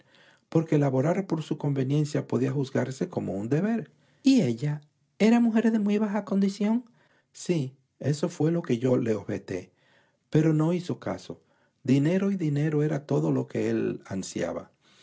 porque laborar por su conveniencia podía juzgarse como un deber y ella era mujer de muy baja condición sí eso fué lo que yo le objeté pero no hizo caso dinero y dinero era lo que él ansiaba